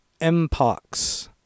Mpox